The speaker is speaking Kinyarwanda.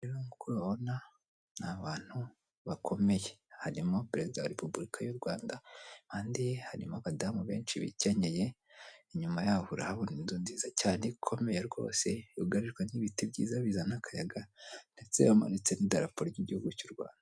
Nkuko ubibona ni abantu bakomeye, harimo perezida wa repuburika y'u Rwanda, abandi harimo abadamu benshi bikenyeye, inyuma yaho urahabona inzu nziza cyane ikomeye rwose yugarijwe n'ibiti byiza bizana akayaga, ndetse hamanitse n'idarapo ry'igihugu cy'u Rwanda.